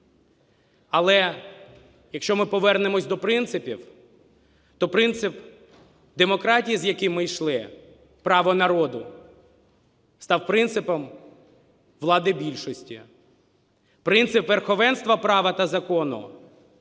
Але якщо ми повернемося до принципів, то принцип демократії, з яким ми йшли, право народу, став принципом влади більшості. Принцип верховенства права та закону